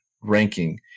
ranking